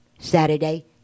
Saturday